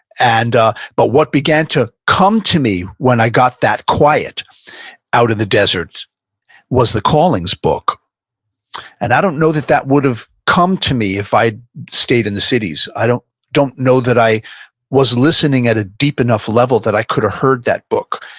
and but what began to come to me when i got that quiet out in the desert was the callings book and i don't know that that would have come to me if i had stayed in the cities. i don't don't know that i was listening at a deep enough level that i could have heard that book.